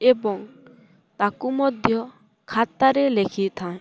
ଏବଂ ତାକୁ ମଧ୍ୟ ଖାତାରେ ଲେଖିଥାଏ